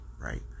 right